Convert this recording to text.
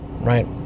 right